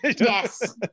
Yes